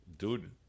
Dude